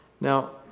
Now